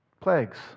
plagues